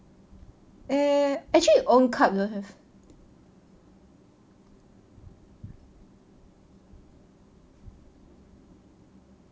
eh actually own cup don't have